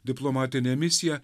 diplomatinę misiją